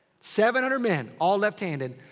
seven hundred men. all left-handed.